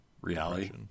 reality